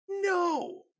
No